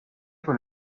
con